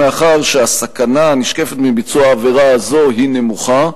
מאחר שהסכנה הנשקפת מביצוע העבירה הזאת היא נמוכה,